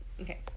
Okay